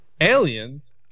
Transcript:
aliens